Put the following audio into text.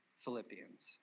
Philippians